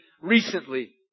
recently